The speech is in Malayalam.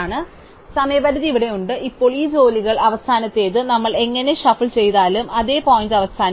അതിനാൽ സമയപരിധി ഇവിടെയുണ്ട് ഇപ്പോൾ ഈ ജോലികളിൽ അവസാനത്തേത് നമ്മൾ എങ്ങനെ ഷഫിൾ ചെയ്താലും അതേ പോയിന്റ് അവസാനിക്കും